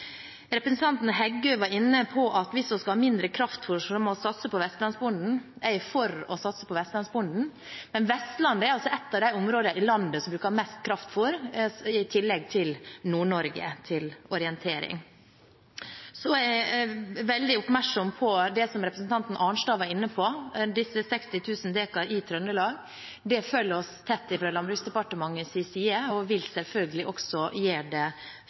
Representanten Heggø var inne på at hvis vi skal ha mindre kraftfôr, må vi satse på vestlandsbonden. Jeg er for å satse på vestlandsbonden, men Vestlandet er et av de områdene i landet som bruker mest kraftfôr, i tillegg til Nord-Norge – til orientering. Jeg er veldig oppmerksom på det som representanten Arnstad var inne på, disse 60 000 dekar i Trøndelag. Dette følger vi tett fra Landbruks- og matdepartementets side og vil selvfølgelig også gjøre det